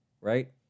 right